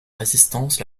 résistance